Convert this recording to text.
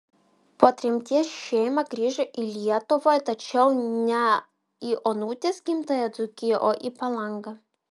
po tremties šeima grįžo į lietuvą tačiau ne į onutės gimtąją dzūkiją o į palangą